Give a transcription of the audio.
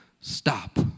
stop